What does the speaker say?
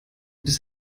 bist